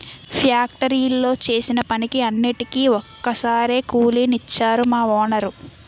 ఫ్యాక్టరీలో చేసిన పనికి అన్నిటికీ ఒక్కసారే కూలి నిచ్చేరు మా వోనరు